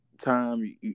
time